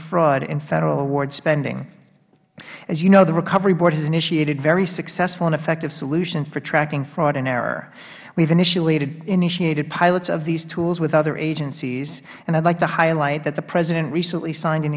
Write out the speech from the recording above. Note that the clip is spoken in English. fraud in federal award spending as you know the recovery board has initiated very successful and effective solutions for tracking fraud and error we have initiated pilots of these tools with other agencies i would like to highlight that the president recently signed an